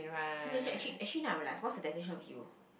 no is actua~ actually now I realise what's the definition of hero